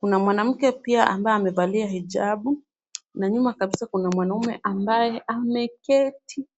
Kuna mwanamke pia ambaye amevalia hijabu na nyuma kabisa kuna mwanaume ambaye ameketi.